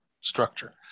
structure